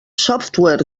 software